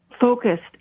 focused